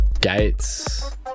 Gates